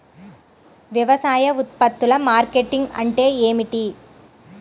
వ్యవసాయ ఉత్పత్తుల మార్కెటింగ్ అంటే ఏమిటి?